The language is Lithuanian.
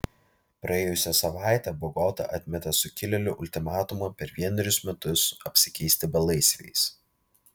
praėjusią savaitę bogota atmetė sukilėlių ultimatumą per vienerius metus apsikeisti belaisviais